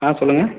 ஆ சொல்லுங்கள்